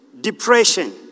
depression